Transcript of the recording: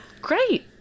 great